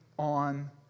on